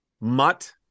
mutt